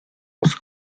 was